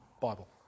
Bible